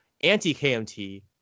anti-KMT